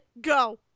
go